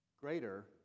greater